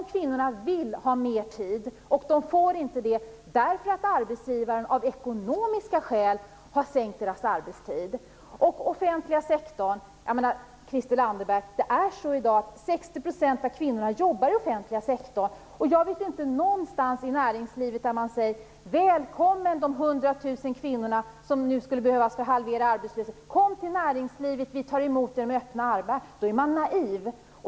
De kvinnorna vill ha mer tid, och de får inte det därför att arbetsgivaren av ekonomiska skäl har minskat deras arbetstid. I dag jobbar 60 % av kvinnorna i den offentliga sektorn, Christel Anderberg. Jag vet inte någonstans i näringslivet där man säger: Välkommen, de 100 000 kvinnor som behöver anställas för att man skall halvera arbetslösheten! Kom till näringslivet! Vi tar emot er med öppna armar! Om man tror det är man naiv.